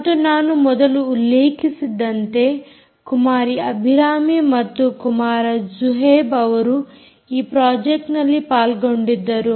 ಮತ್ತು ನಾನು ಮೊದಲು ಉಲ್ಲೇಖಿಸಿದಂತೆ ಕುಮಾರಿ ಅಭಿರಾಮಿ ಮತ್ತು ಕುಮಾರ ಜುಹೈಬ್ ಅವರು ಈ ಪ್ರಾಜೆಕ್ಟ್ನಲ್ಲಿ ಪಾಲ್ಗೊಂಡಿದ್ದರು